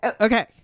okay